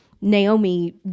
Naomi